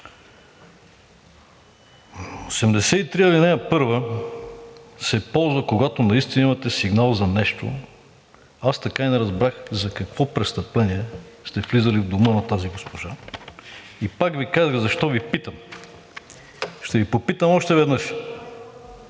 83, ал. 1 се ползва, когато наистина имате сигнал за нещо. Аз така и не разбрах за какво престъпление сте влизали в дома на тази госпожа. И пак Ви казах защо Ви питам. Ще Ви попитам още веднъж: